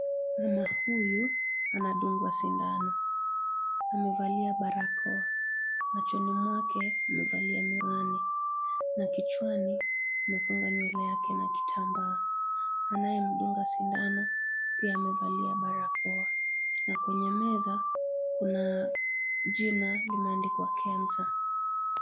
Mama huyu anadungwa sindano amevalia barakoa, machoni mwake amevalia miwani na kichwani amefunga nywele yake na kitambaa, anayemdunga sindano pia amevalia barakoa na kwenye meza kuna jina limeandikwa KEMSA.